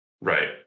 Right